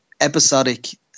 episodic